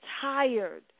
tired